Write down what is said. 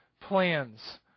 plans